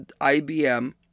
IBM